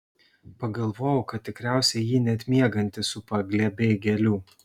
pagalvojau kad tikriausiai jį net miegantį supa glėbiai gėlių